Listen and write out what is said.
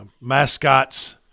mascots